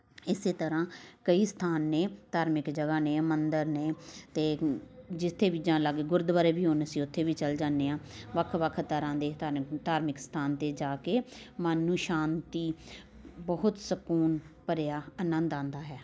ਇਸੇ ਤਰ੍ਹਾਂ ਕਈ ਸਥਾਨ ਨੇ ਧਾਰਮਿਕ ਜਗ੍ਹਾ ਨੇ ਮੰਦਰ ਨੇ ਅਤੇ ਜਿੱਥੇ ਵੀ ਜਾਣ ਲੱਗ ਗੁਰਦੁਆਰੇ ਵੀ ਹੁਣ ਅਸੀਂ ਉੱਥੇ ਵੀ ਚਲ ਜਾਂਦੇ ਹਾਂ ਵੱਖ ਵੱਖ ਤਰ੍ਹਾਂ ਦੇ ਧਾਰਮਿਕ ਅਸਥਾਨ 'ਤੇ ਜਾ ਕੇ ਮਨ ਨੂੰ ਸ਼ਾਂਤੀ ਬਹੁਤ ਸਕੂਨ ਭਰਿਆ ਆਨੰਦ ਆਉਂਦਾ ਹੈ